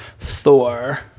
Thor